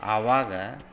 ಆವಾಗ